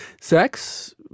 Sex